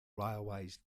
railways